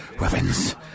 Weapons